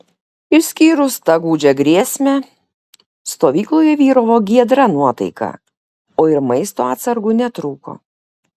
išskyrus tą gūdžią grėsmę stovykloje vyravo giedra nuotaika o ir maisto atsargų netrūko